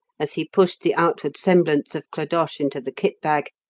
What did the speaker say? as he pushed the outward semblance of clodoche into the kit-bag,